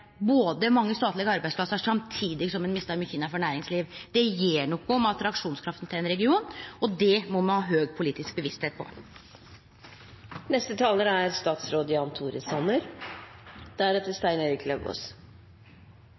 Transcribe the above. mange statlege arbeidsplassar samtidig som ein mistar mykje innanfor næringsliv. Det gjer noko med attraksjonskrafta til ein region, og det må me ha høg politisk